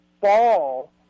fall